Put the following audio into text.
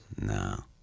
No